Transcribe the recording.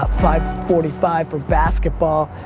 five forty five for basketball,